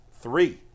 Three